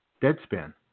Deadspin